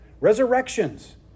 Resurrections